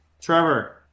Trevor